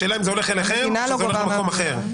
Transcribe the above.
השאלה היא האם זה הולך אליכם או הולך למקום אחר.